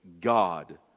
God